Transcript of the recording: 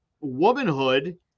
womanhood